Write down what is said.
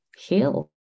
heal